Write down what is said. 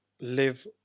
live